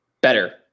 better